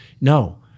no